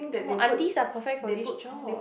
come on aunties are perfect for this job